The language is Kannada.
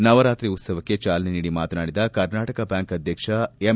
ನವರಾತ್ರಿ ಉತ್ಸವಕ್ಕೆ ಚಾಲನೆ ನೀಡಿ ಮಾತನಾಡಿದ ಕರ್ನಾಟಕ ಬ್ಯಾಂಕ್ ಅಧ್ಯಕ್ಷ ಎಂ